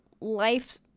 life